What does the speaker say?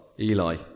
Eli